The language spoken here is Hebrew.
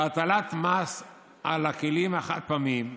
בהטלת מס על הכלים החד-פעמיים,